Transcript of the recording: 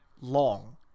long